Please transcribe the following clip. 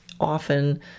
often